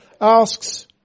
asks